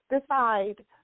decide